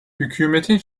hükümetin